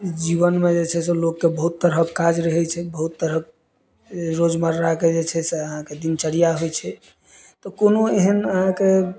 जीवनमे जे छै से लोकके बहुत तरहक काज रहै छै बहुत तरहक रोजमर्राके जे छै से अहाँके दिनचर्या होइ छै तऽ कोनो एहन अहाँके